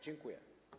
Dziękuję.